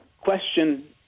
Question